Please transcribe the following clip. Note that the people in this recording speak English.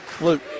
Luke